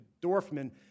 Dorfman